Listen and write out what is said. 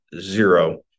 zero